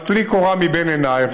אז טלי קורה מבין עינייך.